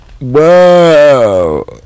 Whoa